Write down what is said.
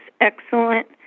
excellent